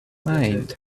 mind